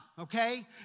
okay